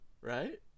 right